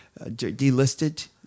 delisted